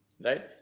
Right